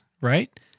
right